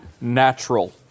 natural